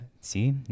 see